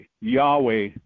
Yahweh